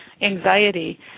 anxiety